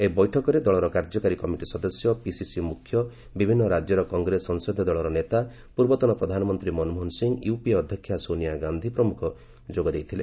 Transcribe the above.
ଏହି ବୈଠକରେ ଦଳର କାର୍ଯ୍ୟକାରୀ କମିଟି ସଦସ୍ୟ ପିସିସି ମୁଖ୍ୟ ବିଭିନ୍ନ ରାଜ୍ୟର କଂଗ୍ରେସ ସଂସଦୀୟ ଦଳର ନେତା ପୂର୍ବତନ ପ୍ରଧାନମନ୍ତ୍ରୀ ମନମୋହନ ସିଂ ୟୁପିଏ ଅଧ୍ୟକ୍ଷା ସୋନିଆ ଗାନ୍ଧୀ ପ୍ରମୁଖ ଯୋଗ ଦେଇଥିଲେ